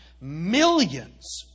millions